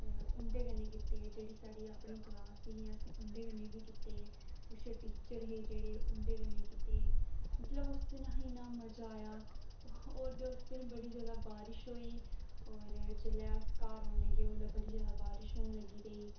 उं'दे कन्नै कीते जेह्ड़ी साढ़ी क्लास ही अपनी ते उं'दे कन्नै बी कीते किश टीचर हे जेह्ड़े उं'दे कन्नै कीते मतलब उस दिन असें गी इन्ना मजा आया और ते उस दिन बड़ी जैदा बारिश होई और जेल्ले अस घर औन लगे ओल्लै बड़ी जैदा बारिश होन लग्गी पेई